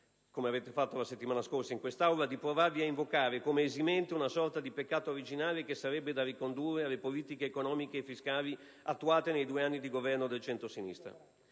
come avete fatto la settimana scorsa in quest'Aula, come esimente una sorta di peccato originale che sarebbe da ricondurre alle politiche economiche e fiscali attuate nei due anni di governo del centrosinistra!